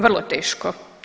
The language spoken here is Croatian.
Vrlo teško.